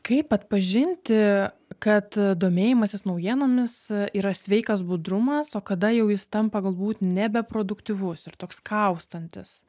kaip atpažinti kad domėjimasis naujienomis yra sveikas budrumas o kada jau jis tampa galbūt nebeproduktyvus ir toks kaustantis